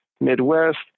Midwest